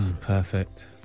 Perfect